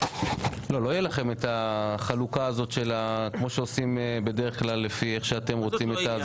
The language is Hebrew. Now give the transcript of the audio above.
לא יהיה לכם את החלוקה הזאת כמו שעושים בדרך כלל לפי איך שאתם רוצים.